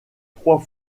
trois